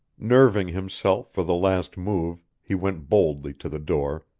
nerving himself for the last move, he went boldly to the door,